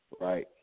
right